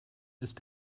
ist